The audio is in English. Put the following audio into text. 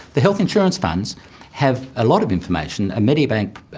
the health insurance funds have a lot of information. ah medibank,